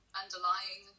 underlying